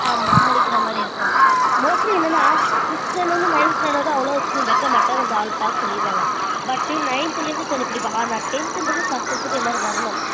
ஆமாம் முடிக்கிற மாதிரி இருக்கும் மோஸ்ட்லி என்னென்னா சிக்ஸ் ஸ்டெண்டரில் இருந்து நைன்த் ஸ்டாண்டர் வரைக்கும் அவ்வளோவா ஸ்கூல் வைக்க மாட்டாங்க இந்த ஆல் பாஸ் சொல்லிவிடுவாங்க பட்டு நைன்த்துல இருந்து கொஞ்சம் பிடிப்பாங்க ஆனால் டென்த்துன்றது கம்பல்சரி எல்லாரும் வரணும்